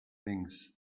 things